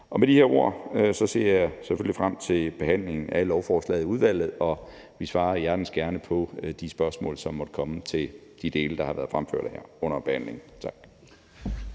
Med de her ord ser jeg selvfølgelig frem til behandlingen af lovforslaget i udvalget, og vi svarer hjertens gerne på de spørgsmål, som måtte komme til de dele, som har været fremført her under behandlingen. Tak.